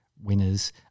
winners